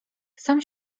sam